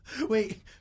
Wait